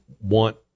want